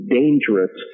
dangerous